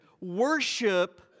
worship